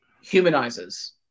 humanizes